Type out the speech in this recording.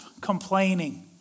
complaining